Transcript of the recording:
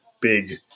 big